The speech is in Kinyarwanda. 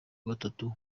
gatatu